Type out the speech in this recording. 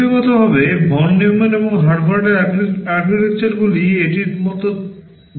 চিত্রগতভাবে von Neumann এবং হার্ভার্ডের architecture গুলি এটির মতো দেখানো যেতে পারে